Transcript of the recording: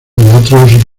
otros